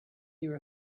your